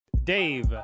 Dave